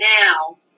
now